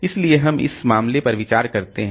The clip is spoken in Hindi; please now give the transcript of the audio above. इसलिए हम इस मामले पर विचार करते हैं